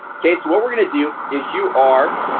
okay. so what we're gonna do is you are